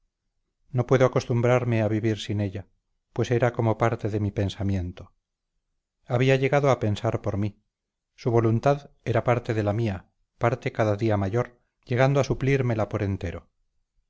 no puedo acostumbrarme a vivir sin ella pues era como parte de mi pensamiento había llegado a pensar por mí su voluntad era parte de la mía parte cada día mayor llegando a suplírmela por entero